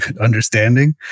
understanding